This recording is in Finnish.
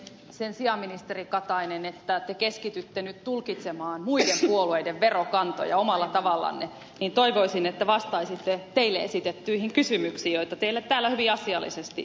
sen sijaan ministeri katainen että te keskitytte nyt tulkitsemaan muiden puolueiden verokantoja omalla tavallanne niin toivoisin että vastaisitte teille esitettyihin kysymyksiin joita teille täällä hyvin asiallisesti on esitetty